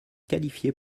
qualifiée